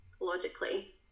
logically